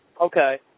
okay